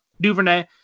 Duvernay